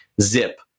Zip